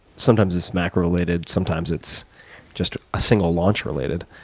sometimes it's macro related, sometimes it's just a single launch related.